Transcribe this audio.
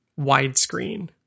widescreen